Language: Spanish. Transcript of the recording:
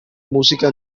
música